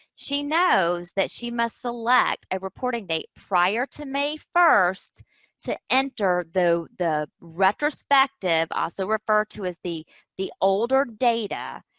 she knows that she must select a reporting date prior to may first to enter the the retrospective, also referred to as the the older data